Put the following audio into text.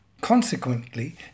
Consequently